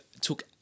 took